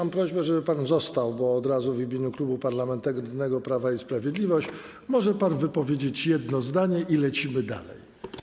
Mam prośbę, żeby pan został, bo od razu w imieniu Klubu Parlamentarnego Prawo i Sprawiedliwość może pan wypowiedzieć jedno zdanie i lecimy dalej.